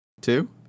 Two